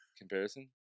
Comparison